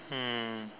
mm